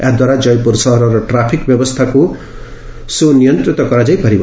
ଏହାଦ୍ୱାରା ଜୟପୁର ସହରର ଟ୍ରାଫିକ୍ ବ୍ୟବସ୍ଥାକୁ ମଧ୍ୟ ନିୟନ୍ତ୍ରିତ କରାଯାଇ ପରିବ